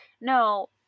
No